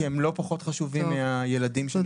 כי הם לא פחות חשובים מהילדים שנמצאים במעונות.